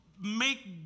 make